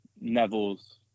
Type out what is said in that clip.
Neville's